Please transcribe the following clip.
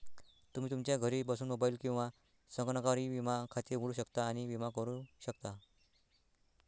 तुम्ही तुमच्या घरी बसून मोबाईल किंवा संगणकावर ई विमा खाते उघडू शकता आणि विमा सुरू करू शकता